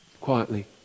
quietly